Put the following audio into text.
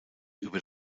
über